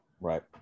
Right